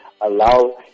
allow